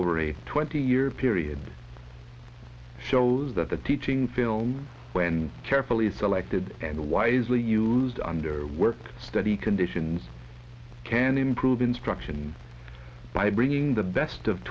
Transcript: over a twenty year period shows that the teaching film when carefully selected and wisely used under work study conditions can improve instruction by bringing the best of